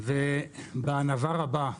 והדבר הבא,